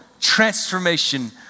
transformation